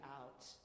out